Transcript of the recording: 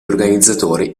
organizzatori